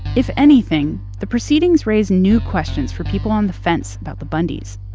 if anything, the proceedings raise new questions for people on the fence about the bundys,